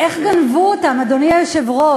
איך גנבו אותן, אדוני היושב-ראש?